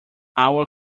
our